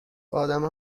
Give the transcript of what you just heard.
ادمها